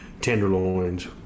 tenderloins